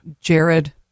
Jared